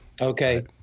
Okay